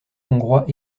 hongrois